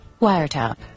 wiretap